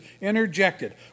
interjected